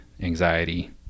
anxiety